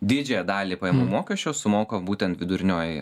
didžiąją dalį pajamų mokesčio sumoka būtent vidurinioji